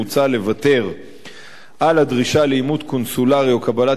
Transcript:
מוצע לוותר על הדרישה לאימות קונסולרי או קבלת